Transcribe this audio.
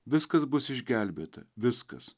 viskas bus išgelbėta viskas